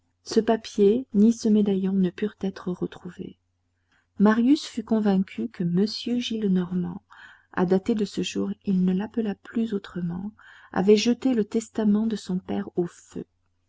ce papier ni ce médaillon ne purent être retrouvés marius fut convaincu que monsieur gillenormand à dater de ce jour il ne l'appela plus autrement avait jeté le testament de son père au feu